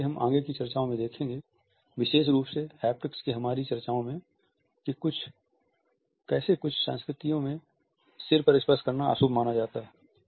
जैसा कि हम अपनी आगे की चर्चाओं में देखेंगे विशेष रूप से हैप्टिक्स की हमारी चर्चाओं में कि कैसे कुछ संस्कृतियों में सिर पर स्पर्श करना अशुभ माना जाता है